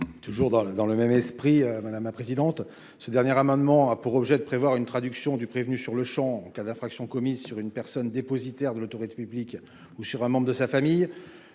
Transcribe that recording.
Toujours dans dans le même esprit, madame la présidente, ce dernier amendement a pour objet de prévoir une traduction du prévenu sur le Champ en cas d'infraction commise sur une personne dépositaire de l'autorité publique ou sur un membre de sa famille,